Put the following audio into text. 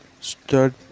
start